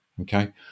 okay